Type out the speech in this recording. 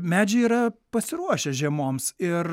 medžiai yra pasiruošę žiemoms ir